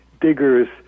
diggers